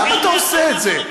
למה אתה עושה את זה?